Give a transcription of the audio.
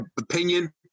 opinion